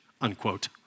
unquote